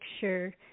sure